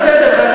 בסדר.